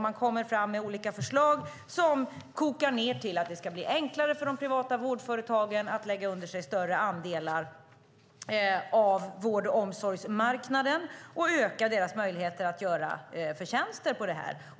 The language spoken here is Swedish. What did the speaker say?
Man kommer fram med olika förslag som kokar ned till att det ska bli enklare för de privata vårdföretagen att lägga under sig större andelar av vård och omsorgsmarknaden. Det ska öka deras möjligheter att göra förtjänster.